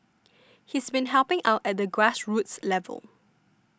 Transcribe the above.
he's been helping out at the grassroots level